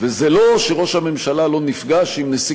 וזה לא שראש הממשלה לא נפגש עם נשיא